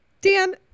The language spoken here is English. Dan